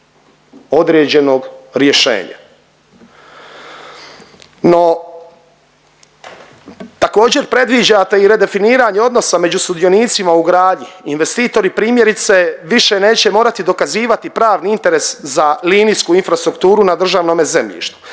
određenog rješenja. No, također, predviđate i redefiniranje odnosa među sudionicima u gradnji, investitori primjerice, više neće morati dokazivati pravni interes za linijsku infrastrukturu na državnome zemljištu.